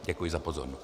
Děkuji za pozornost.